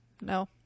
No